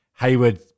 Hayward